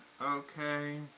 Okay